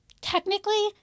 technically